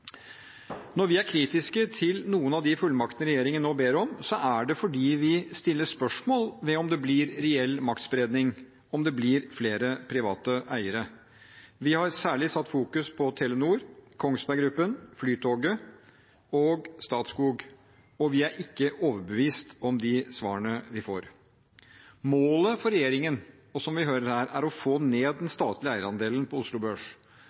Når vi er kritiske til noen av de fullmaktene regjeringen nå ber om, er det fordi vi stiller spørsmål ved om det blir reell maktspredning dersom det blir flere private eiere. Vi har særlig fokusert på Telenor, Kongsberg Gruppen, Flytoget og Statskog, og vi er ikke overbevist om de svarene vi får. Målet for regjeringen, som vi hører her, er å få ned den statlige eierandelen på Oslo Børs.